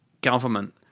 government